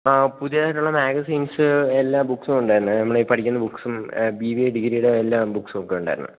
ആ പുതിയതായിട്ടുള്ള മാഗസിൻസ് എല്ലാ ബുക്ക്സും ഉണ്ടായിരുന്നെ നമ്മളീ പഠിക്കുന്ന ബുക്ക്സും ബി ബി എ ഡിഗ്രീടെ എല്ലാ ബുക്ക്സുമൊക്കെയുണ്ടായിരുന്നു